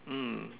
mm